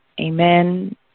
Amen